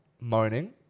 moaning